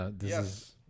Yes